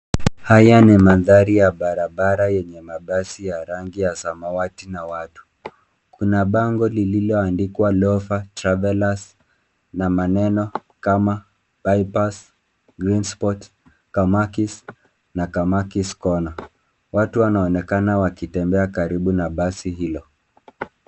Haya ni mandhari ya barabara yenye mabasi ya rangi ya samawati na watu. Kuna bango lililoandikwa Lopha Travellers na maneno kama Bypass, Green Sport, Kamakis, na Kamakis Corner. Watu wanaonekana wakitembea karibu na basi hilo.